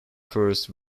first